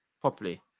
properly